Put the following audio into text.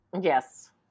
Yes